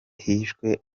hishwe